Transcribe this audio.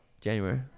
January